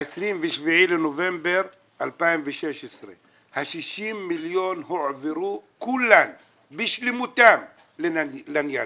זה היה ב-27 בנובמבר 2017. ה-60 מיליון הועברו במלואם ובשלמותם ללניאדו.